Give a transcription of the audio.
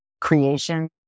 creation